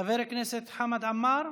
חבר הכנסת חמד עמאר?